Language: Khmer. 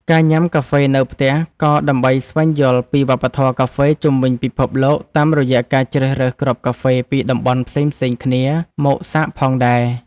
ការញ៉ាំកាហ្វេនៅផ្ទះ ក៏ដើម្បីស្វែងយល់ពីវប្បធម៌កាហ្វេជុំវិញពិភពលោកតាមរយៈការជ្រើសរើសគ្រាប់កាហ្វេពីតំបន់ផ្សេងៗគ្នាមកសាកផងដែរ។